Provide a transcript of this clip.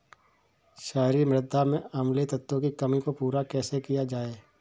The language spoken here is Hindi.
क्षारीए मृदा में अम्लीय तत्वों की कमी को पूरा कैसे किया जाए?